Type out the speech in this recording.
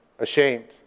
Ashamed